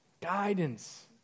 Guidance